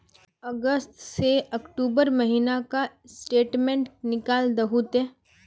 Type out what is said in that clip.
अगस्त से अक्टूबर महीना का स्टेटमेंट निकाल दहु ते?